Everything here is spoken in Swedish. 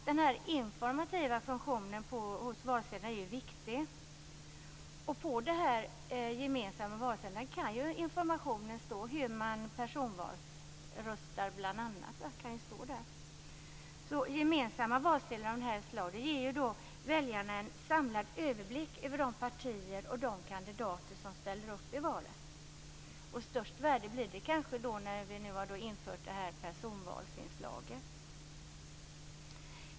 Den här informativa funktionen på valsedlarna är viktig. På den gemensamma valsedeln kan ju bl.a. informationen om hur man personvalsröstar stå. Gemensamma valsedlar av det här slaget ger alltså väljarna en samlad överblick över de partier och kandidater som ställer upp i valet. Störst värde blir det kanske nu när vi har infört det här personvalsinslaget.